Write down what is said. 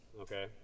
okay